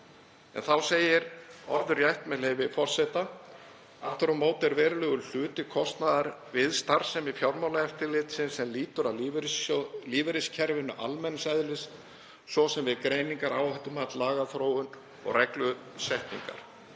En þá segir orðrétt, með leyfi forseta: „Aftur á móti er verulegur hluti kostnaðar við starfsemi Fjármálaeftirlitsins sem lýtur að lífeyriskerfinu almenns eðlis, svo sem við greiningar, áhættumat, lagaþróun og reglusetningar.